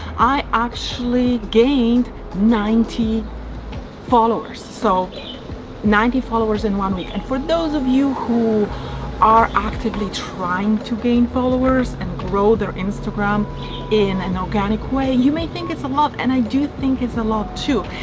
i actually gained ninety followers. so ninety followers in one week. and for those of you who are actively trying to gain followers and grow their instagram in an organic way. you may think it's a lot, and i do think it's a lot too,